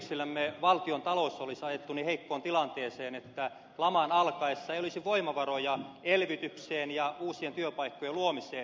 teidän esityksillänne valtiontalous olisi ajettu niin heikkoon tilanteeseen että laman alkaessa ei olisi voimavaroja elvytykseen ja uusien työpaikkojen luomiseen